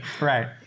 Right